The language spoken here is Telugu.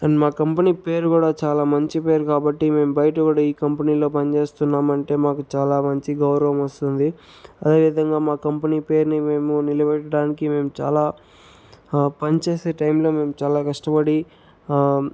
అండ్ మా కంపెనీ పేరు కూడా చాలా మంచి పేరు కాబట్టి మేము బయట కూడా ఈ కంపెనీలో పనిచేస్తున్నామంటే మాకు చాలా మంచి గౌరవం వస్తుంది అదేవిధంగా మా కంపెనీ పేరుని మేము నిలబెట్టదానికి మేము చాలా పని చేసే టైంలో మేము చాలా కష్టపడి